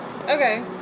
Okay